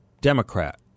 Democrat